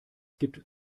gibt